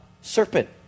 serpent